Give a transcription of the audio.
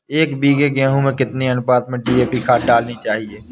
एक बीघे गेहूँ में कितनी अनुपात में डी.ए.पी खाद डालनी चाहिए?